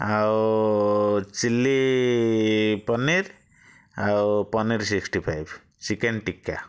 ଆଉ ଚିଲ୍ଲୀ ପନିର୍ ଆଉ paneer sixty five chicken ଟିକା